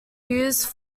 used